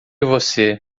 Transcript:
você